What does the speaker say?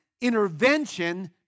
intervention